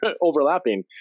overlapping